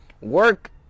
Work